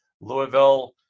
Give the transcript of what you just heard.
Louisville